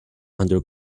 under